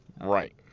Right